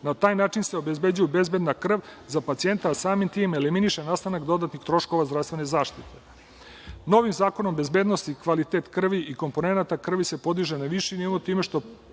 Na taj način se obezbeđuje bezbedna krv za pacijenta, a samim tim eliminiše nastanak dodatnih troškova zdravstvene zaštite. Novim zakonom o bezbednosti se kvalitet krvi i komponenata krvi podiže na viši nivo, time što